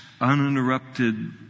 uninterrupted